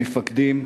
המפקדים,